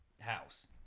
house